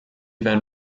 then